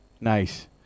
Nice